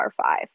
R5